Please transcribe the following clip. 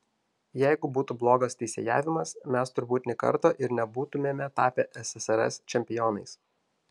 jeigu būtų blogas teisėjavimas mes turbūt nė karto ir nebūtumėme tapę ssrs čempionais